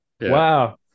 Wow